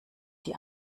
sie